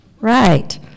right